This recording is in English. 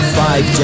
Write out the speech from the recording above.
five